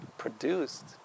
Produced